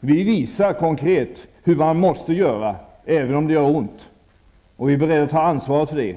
Vi visar konkret hur man måste göra även om det gör ont. Vi är beredda att ta ansvaret för det.